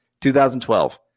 2012